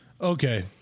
okay